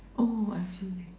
oh I see